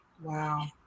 Wow